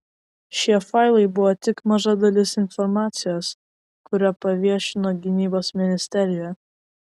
šie failai buvo tik maža dalis informacijos kurią paviešino gynybos ministerija